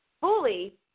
fully